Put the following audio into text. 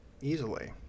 easily